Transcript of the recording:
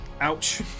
Ouch